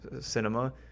cinema